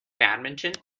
badminton